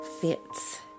fits